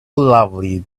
lovely